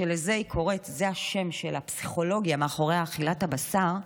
זה השם של הפסיכולוגיה מאחורי אכילת הבשר,